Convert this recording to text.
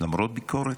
למרות הביקורת,